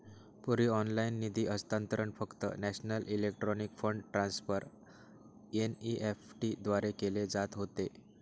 पूर्वी ऑनलाइन निधी हस्तांतरण फक्त national electronic fund transfer NEFT द्वारे केले जात होते